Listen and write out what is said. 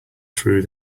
through